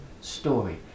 story